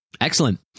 Excellent